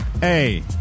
Hey